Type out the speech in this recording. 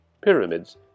pyramids